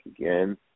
again